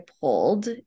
pulled